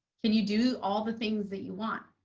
can you do all the things that you want?